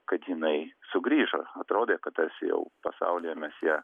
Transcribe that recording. kad jinai sugrįžo atrodė kad tarsi jau pasaulyje mes ją